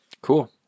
Cool